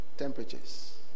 temperatures